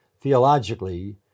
theologically